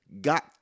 got